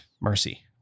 mercy